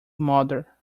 mother